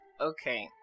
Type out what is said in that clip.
okay